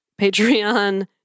Patreon